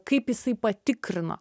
kaip jisai patikrino